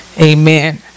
Amen